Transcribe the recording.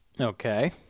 Okay